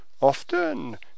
Often